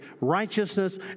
righteousness